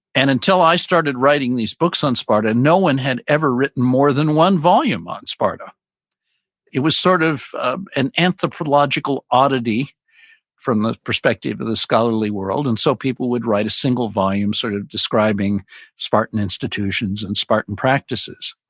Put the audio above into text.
and until i started writing these books on sparta no one had ever written more than one volume on sparta it was sort of an anthropological oddity from the perspective of the scholarly world and so people would write a single volume sort of describing spartan institutions and spartan practices,